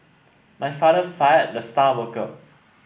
my father fired the star worker